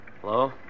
Hello